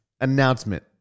announcement